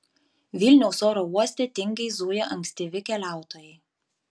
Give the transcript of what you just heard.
vilniaus oro uoste tingiai zuja ankstyvi keliautojai